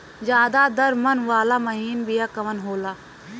ज्यादा दर मन वाला महीन बिया कवन होला?